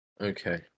Okay